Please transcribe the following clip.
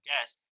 guest